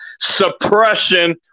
suppression